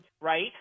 right